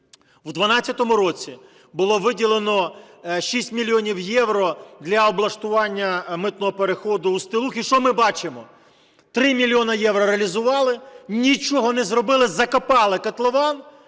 В 2012 році було виділено 6 мільйонів євро для облаштування митного переходу "Устилуг". І що ми бачимо – 3 мільйони євро реалізували, нічого не зробили, закопали котлован